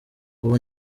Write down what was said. ubu